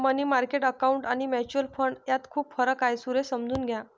मनी market account आणि mutual fund यात खूप फरक आहे, सुरेश समजून घ्या